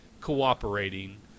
cooperating –